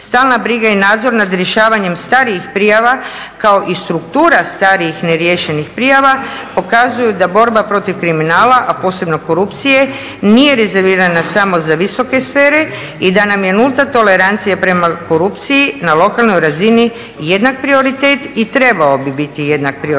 stalna briga i nadzor nad rješavanjem starijih prijava kao i struktura starijih neriješenih prijava pokazuju da borba protiv kriminala, a posebno korupcije nije rezervirana samo za visoke sfere i da nam je nulta tolerancija prema korupciji na lokalnoj razini jednak prioritet i trebao bi biti jednak prioritet,